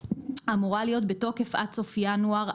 גם לבני זוג שמרוויחים שכר מינימום,